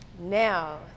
Now